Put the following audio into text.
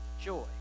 joy